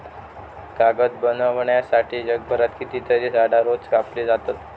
कागद बनवच्यासाठी जगभरात कितकीतरी झाडां रोज कापली जातत